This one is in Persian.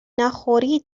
نخوری